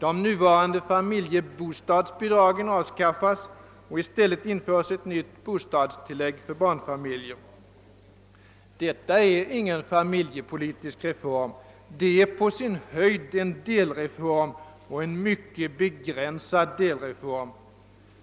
De nuvarande familjebostadsbidragen avskaffas och i stället införes ett nytt bostadstillägg för barnfamiljer. Detta är ingen familjepolitisk reform; det är på sin höjd en delreform och en mycket begränsad delreform.